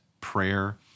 prayer